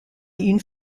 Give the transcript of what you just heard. une